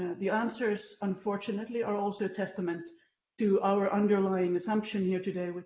the answers, unfortunately, are also testament to our underlying assumption here today, but